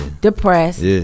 depressed